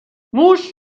موش